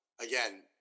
again